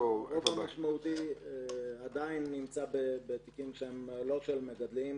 הרוב המשמעותי עדיין נמצא בתיקים לא של מגדלים,